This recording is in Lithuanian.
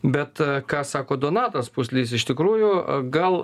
bet ką sako donatas pūslys iš tikrųjų gal